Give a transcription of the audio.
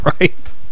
right